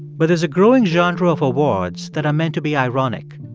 but there's a growing genre of awards that are meant to be ironic.